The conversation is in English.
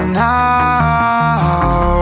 now